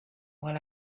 while